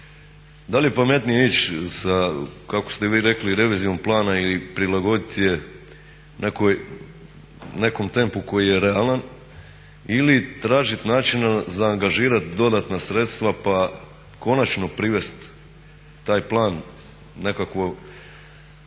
da li je pametnije ići sa kako ste vi rekli revizijom plana ili prilagoditi je nekom tempu koji je realan ili tražit načina za angažirat dodatna sredstva, pa konačno privest taj plan nekako